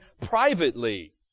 privately